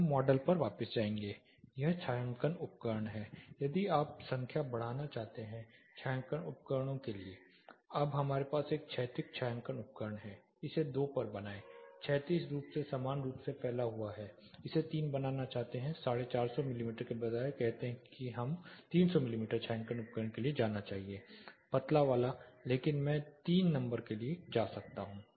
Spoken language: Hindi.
हम मॉडल पर वापस जाएंगे यह छायांकन उपकरण है यदि आप संख्या बढ़ाना चाहते हैं छायांकन उपकरणों के लिए अब हमारे पास एक क्षैतिज छायांकन उपकरण है इसे 2 पर बनाएं क्षैतिज रूप से समान रूप से फैला हुआ है इसे 3 बनाना चाहते हैं 450 मिमी के बजाय कहते हैं कि हमें 300 मिमी छायांकन उपकरण के लिए जाना चाहिए पतला वाला लेकिन मैं 3 नंबर के लिए जा सकता हूं